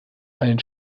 einen